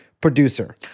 producer